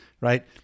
Right